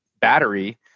battery